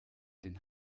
den